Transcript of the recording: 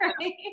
right